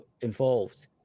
involved